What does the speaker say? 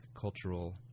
cultural